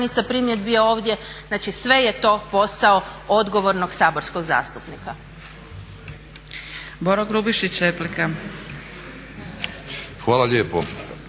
primjedbi je ovdje. Znači sve je to posao odgovornog saborskog zastupnika.